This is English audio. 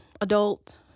adult